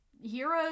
Heroes